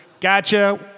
Gotcha